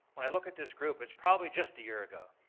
when i look at this group it's probably just a year ago.